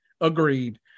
Agreed